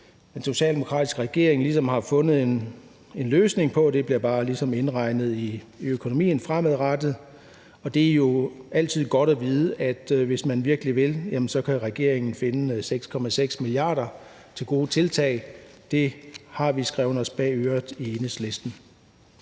den socialdemokratiske regering ligesom har fundet en løsning på – det bliver bare ligesom indregnet i økonomien fremadrettet. Det er jo altid godt at vide, at hvis man virkelig vil, så kan regeringen finde 6,6 mia. kr. til gode tiltag. Det har vi skrevet os bag øret i Enhedslisten.